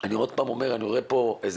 אני שוב אומר, אני רואה פה השגחה